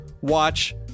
watch